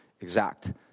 exact